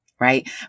right